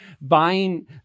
Buying